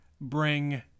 bring